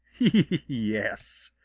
yes,